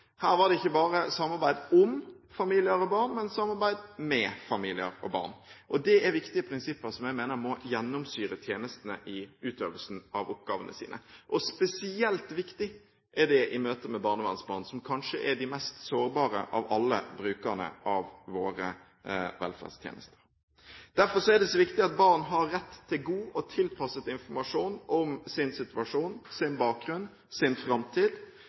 Her var det ikke bare samarbeid om familier og barn, men samarbeid med familier og barn. Det er viktige prinsipper som jeg mener må gjennomsyre tjenestene i utøvelsen av sine oppgaver. Spesielt viktig er det i møte med barnevernsbarn, som kanskje er de mest sårbare av alle brukerne av våre velferdstjenester. Derfor er det så viktig at barn har rett til god og tilpasset informasjon om sin situasjon, om sin bakgrunn, om sin framtid.